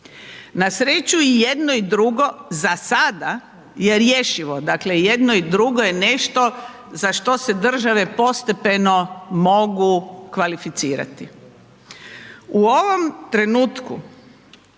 na sreću i jedno i drugo za sada je rješivo, dakle i jedno i drugo je nešto za što se države postepeno mogu kvalificirati. U ovom trenutku